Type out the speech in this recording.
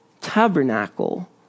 tabernacle